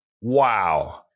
Wow